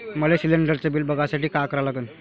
मले शिलिंडरचं बिल बघसाठी का करा लागन?